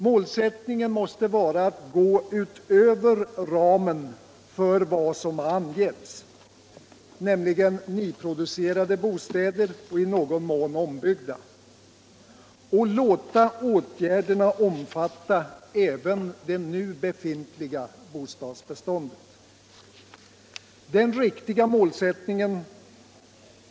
Målsättningen måste också vara att gå utöver den ram som angivits, nämligen nyproducerade bostäder och i någon mån ombyggda, och låta åtgärderna omfatta även det befintliga bostadsbeståndet. Den riktiga målsättningen.